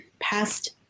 past